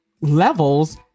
levels